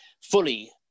fully